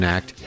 Act